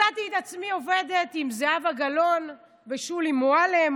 מצאתי את עצמי עובדת עם זהבה גלאון ושולי מועלם